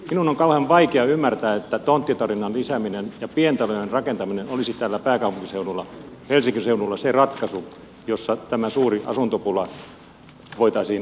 minun on kauhean vaikea ymmärtää että tonttitarjonnan lisääminen ja pientalojen rakentaminen olisi täällä pääkaupunkiseudulla helsingin seudulla se ratkaisu jolla tästä suuresta asuntopulasta voitaisiin selvitä